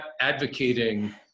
advocating